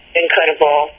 incredible